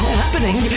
happening